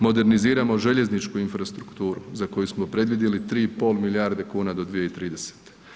Moderniziramo željezničku infrastrukturu za koju smo predvidjeli 3,5 milijarde kuna do 2030.